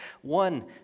one